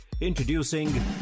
Introducing